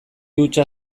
hutsa